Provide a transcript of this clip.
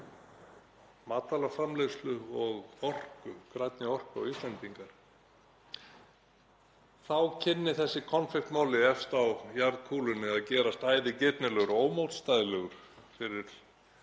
matvælaframleiðslu og orku, grænni orku, og Íslendingar. Þá kynni þessi konfektmoli efst á jarðarkúlunni að gerast æðigirnilegur og ómótstæðilegur fyrir